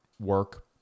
work